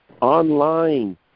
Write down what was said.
online